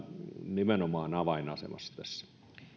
nimenomaan avainasemassa tässä